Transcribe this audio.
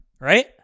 Right